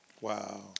Wow